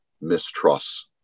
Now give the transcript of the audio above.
mistrust